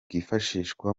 bwifashishwa